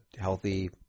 healthy